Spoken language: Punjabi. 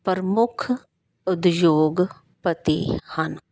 ਪ੍ਰਮੁੱਖ ਉਦਯੋਗ ਪਤੀ ਹਨ